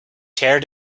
tear